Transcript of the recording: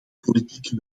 politieke